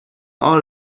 all